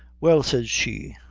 well, said she,